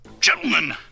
Gentlemen